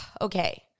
okay